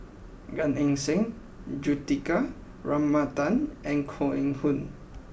Gan Eng Seng Juthika Ramanathan and Koh Eng Hoon